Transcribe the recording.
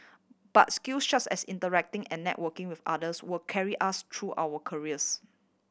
but skill such as interacting and networking with others will carry us through our careers